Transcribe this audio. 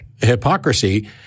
hypocrisy